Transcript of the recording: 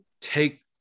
take